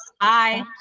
Bye